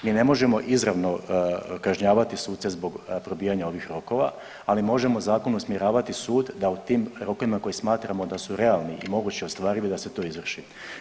Mi ne možemo izravno kažnjavati suce zbog probijanja ovih rokova, ali možemo zakonom usmjeravati sud da u tim rokovima koje smatramo da su realni i moguće ostvarivi da se to izvrši.